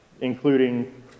including